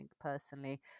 personally